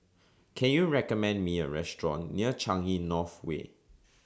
Can YOU recommend Me A Restaurant near Changi North Way